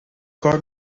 کار